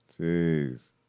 Jeez